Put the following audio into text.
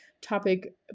topic